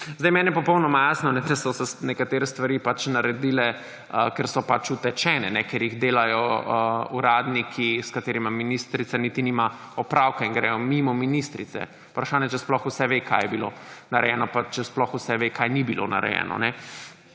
Meni je popolnoma jasno, da so se nekatere stvari naredile, ker so utečene, ker jih delajo uradniki, s katerimi ministrica niti nima opravka in gredo mimo ministrice. Vprašanje, ali sploh za vse ve, kar je bilo narejeno, pa če sploh ve za vse, kar ni bilo narejeno.